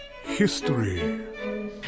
History